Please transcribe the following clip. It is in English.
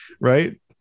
right